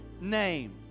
name